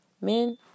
Men